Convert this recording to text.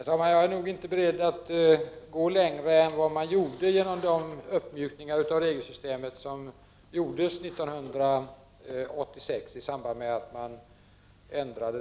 Svar på frågor Herr talman! Jag är nog inte beredd att gå längre än man gjorde i och med makeförsäkringen ändrades.